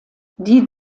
die